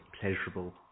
pleasurable